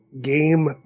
game